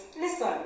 Listen